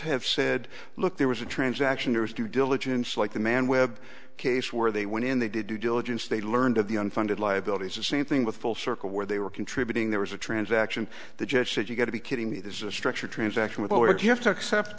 have said look there was a transaction there was due diligence like the man web case where they went in they did due diligence they learned of the unfunded liabilities the same thing with full circle where they were contributing there was a transaction the judge said you've got to be kidding me this is a structure transaction with what you have to accept